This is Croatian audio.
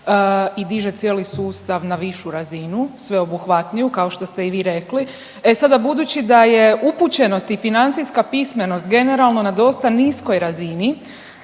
i diže cijeli sustav na višu razinu sveobuhvatniju kao što ste i vi rekli. E sada budući da je upućenost i financijska pismenost generalno na dosta niskoj razini